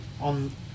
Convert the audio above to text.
on